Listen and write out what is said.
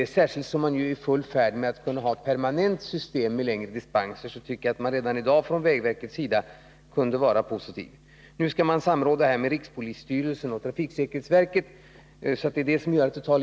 Detta gäller särskilt med tanke på att man ju är i full färd med att förbereda ett permanent system med dispenser. Nu skall man samråda med rikspolisstyrelsen och trafiksäkerhetsverket, och det är detta som tar litet tid.